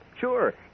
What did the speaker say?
Sure